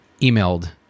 emailed